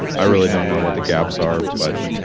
i really don't know what the gaps are, but